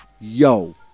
Yo